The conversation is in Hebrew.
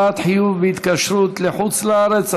התראת חיוב בהתקשרות לחוץ לארץ),